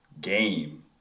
game